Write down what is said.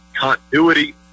continuity